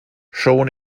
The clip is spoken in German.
schon